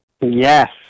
Yes